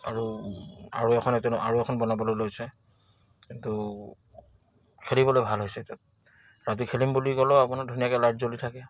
আৰু এখন এনে আৰু এখন বনাবলৈ লৈছে কিন্তু খেলিবলে ভাল হৈছে তাত ৰাতি খেলিম বুলি ক'লেও আপোনাৰ ধুনীয়াকে লাইট জ্বলি থাকে